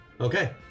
Okay